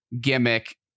gimmick